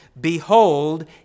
Behold